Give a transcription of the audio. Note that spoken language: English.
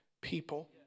people